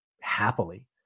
happily